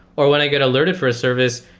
or when i get alerted for a service,